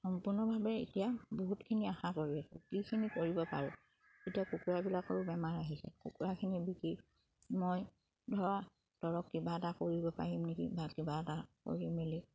সম্পূৰ্ণভাৱে এতিয়া বহুতখিনি আশা কৰি যিখিনি কৰিব পাৰোঁ এতিয়া কুকুৰাবিলাকৰো বেমাৰ আহিছে কুকুৰাখিনি বিকি মই ধৰা ধৰক কিবা এটা কৰিব পাৰিম নেকি বা কিবা এটা কৰি মেলি